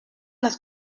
las